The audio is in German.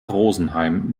rosenheim